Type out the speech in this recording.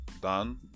Done